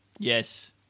Yes